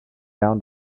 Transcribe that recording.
down